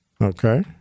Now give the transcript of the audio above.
Okay